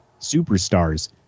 superstars